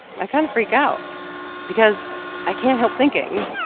i kind of freak out because i can't help thinking,